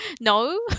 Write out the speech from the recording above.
No